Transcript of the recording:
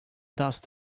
dust